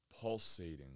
pulsating